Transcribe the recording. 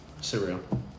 surreal